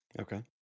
okay